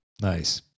Nice